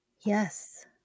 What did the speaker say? Yes